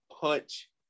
punch